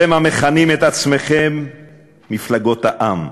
אתם, המכנים את עצמכם מפלגות העם,